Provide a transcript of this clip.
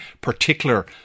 particular